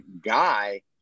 guy